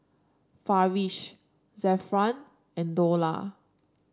Farish Zafran and Dollah